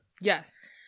Yes